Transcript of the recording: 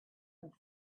and